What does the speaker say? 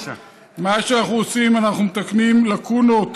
מה שאנחנו עושים, אנחנו מתקנים לקונות